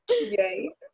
Yay